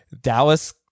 Dallas